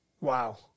Wow